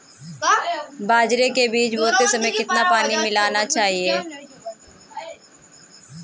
बाजरे के बीज बोते समय कितना पानी मिलाना चाहिए?